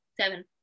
seven